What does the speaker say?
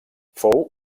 fou